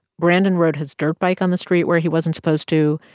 brandon rode his dirt bike on the street where he wasn't supposed to.